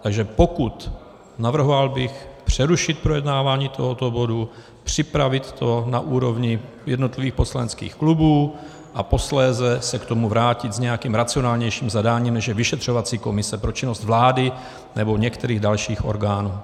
Takže bych navrhoval přerušit projednávání tohoto bodu, připravit to na úrovni jednotlivých poslaneckých klubů a posléze se k tomu vrátit s nějakým racionálnějším zadáním, než je vyšetřovací komise pro činnost vlády nebo některých dalších orgánů.